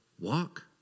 walk